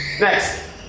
Next